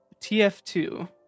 TF2